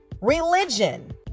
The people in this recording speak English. religion